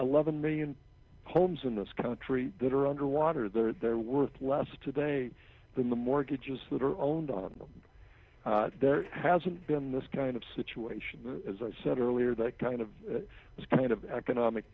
eleven million homes in this country that are underwater they're worth less today than the mortgages that are owned on them there hasn't been this kind of situation as i said earlier that kind of this kind of economic